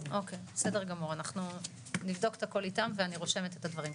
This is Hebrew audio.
אנחנו נבדוק את הכל איתם ואני רושמת את הדברים.